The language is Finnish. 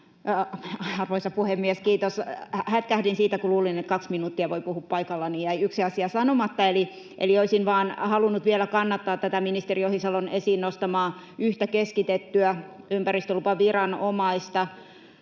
arvoisa puhemies! Hätkähdin siitä, kun luulin, että kaksi minuuttia voi puhua paikaltaan, ja jäi yksi asia sanomatta, eli olisin vain halunnut vielä kannattaa tätä ministeri Ohisalon esiin nostamaa yhtä keskitettyä ympäristölupaviranomaista.